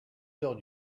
heures